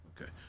Okay